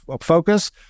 focus